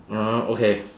okay